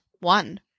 one